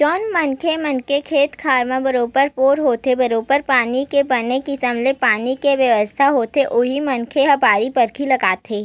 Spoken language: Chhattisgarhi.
जउन मनखे मन के खेत खार म बरोबर बोर होथे बरोबर पानी के बने किसम ले पानी के बेवस्था होथे उही मनखे ह बाड़ी बखरी लगाथे